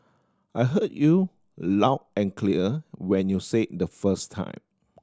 I heard you loud and clear when you said in the first time